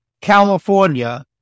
California